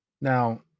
now